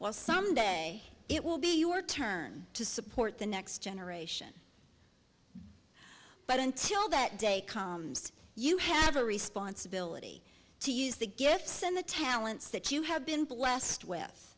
well someday it will be your turn to support the next generation but until that day comes you have a responsibility to use the gifts and the talents that you have been blessed with